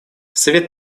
совет